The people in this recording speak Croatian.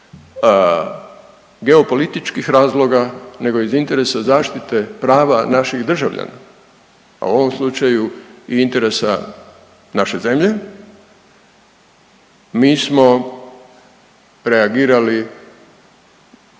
iz geopolitičkih razloga nego iz interesa zaštite prava naših državljana, a u ovom slučaju i interesa naše zemlje. Mi smo reagirali